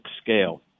scale